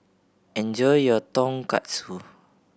enjoy your Tonkatsu